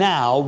Now